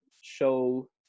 show